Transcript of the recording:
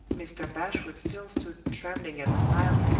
mr. bashwood still stood trembling at the fireplace,